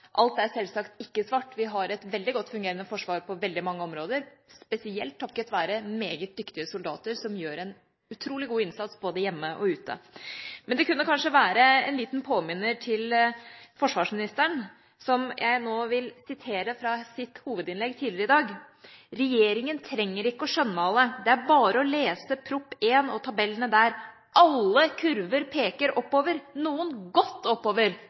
Alt er selvsagt ikke svart. Vi har et veldig godt fungerende forsvar på veldig mange områder – spesielt takket være meget dyktige soldater som gjør en utrolig god innsats, både hjemme og ute. Men det kunne kanskje være en liten påminner til forsvarsministeren, og jeg vil nå sitere fra hennes hovedinnlegg tidligere i dag: «Regjeringen trenger ikke å skjønnmale situasjonen i Forsvaret. Det er bare å lese Prop. 1 S for 2012–2013 og se på oppstillingene som er der,